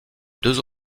deux